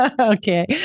Okay